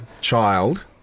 child